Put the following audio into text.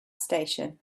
station